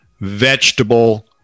vegetable